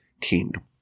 kingdom